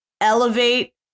elevate